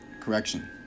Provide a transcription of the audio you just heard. correction